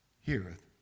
heareth